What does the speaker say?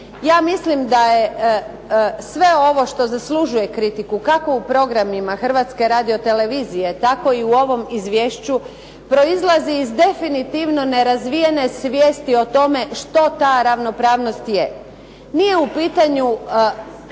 Ja mislim da je sve ovo što zaslužuje kritiku, kako u programima Hrvatske radiotelevizije tako i u ovom izvješću, proizlazi iz definitivno nerazvijene svijesti o tome što ta ravnopravnost je. Nije u pitanju